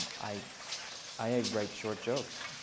i i ah write short jokes.